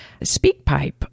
SpeakPipe